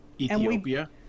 Ethiopia